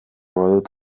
badut